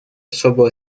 особую